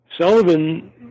Sullivan